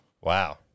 Wow